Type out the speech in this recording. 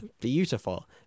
Beautiful